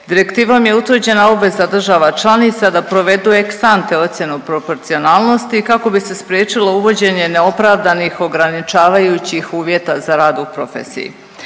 Direktivom je utvrđena obveza država članica da provedu ex ante ocjenu proporcionalnosti kako bi se spriječilo uvođenje neopravdanih neograničavajućih uvjeta za rad u profesiji.